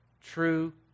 True